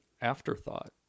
afterthought